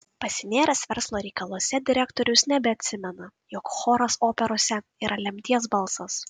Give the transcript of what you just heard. pasinėręs verslo reikaluose direktorius nebeatsimena jog choras operose yra lemties balsas